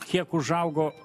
kiek užaugo